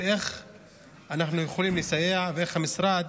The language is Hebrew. איך אנחנו יכולים לסייע ואיך המשרד